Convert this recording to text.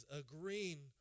agreeing